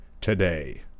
today